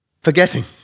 forgetting